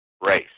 race